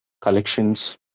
collections